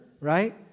right